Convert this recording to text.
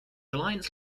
alliance